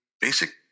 basic